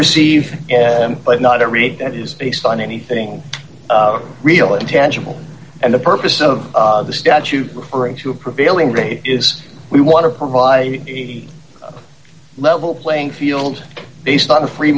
receive but not a rate that is based on anything real and tangible and the purpose of the statute referring to a prevailing rate is we want to provide level playing field based on a free